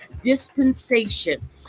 dispensation